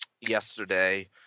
yesterday